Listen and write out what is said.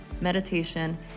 meditation